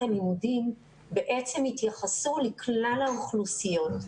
הלימודים בעצם התייחסו לכלל האוכלוסיות.